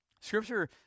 Scripture